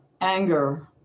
anger